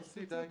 יוסי, די.